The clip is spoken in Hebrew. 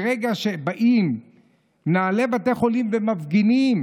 ברגע שבאים מנהלי בתי החולים ומפגינים